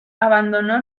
abandonó